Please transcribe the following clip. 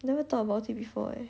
never thought about it before eh